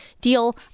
deal